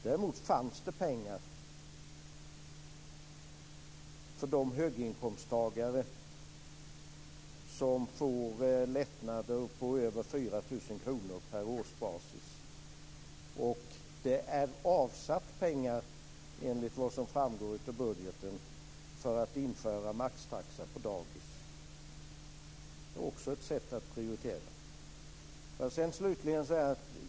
Däremot fanns det pengar för de höginkomsttagare som får lättnader på över 4 000 kr per årsbasis, och enligt vad som framgår av budgeten är det avsatt pengar för ett införande av maxtaxa på dagis. Det är också ett sätt att prioritera.